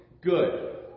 good